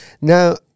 Now